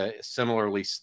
similarly